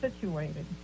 situated